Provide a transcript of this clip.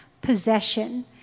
possession